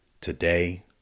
Today